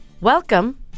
Welcome